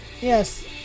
Yes